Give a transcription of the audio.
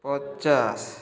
ପଚାଶ